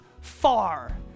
far